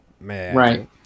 right